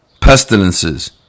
pestilences